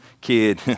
kid